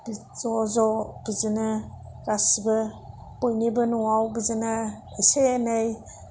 ज'ज' बिदिनो गासिबो बयनिबो न'आव बिदिनो एसे एनै